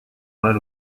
far